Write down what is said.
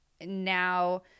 now